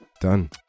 Done